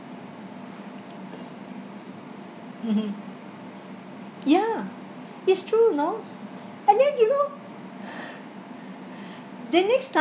mmhmm ya is true know and then you know then next time